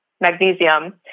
magnesium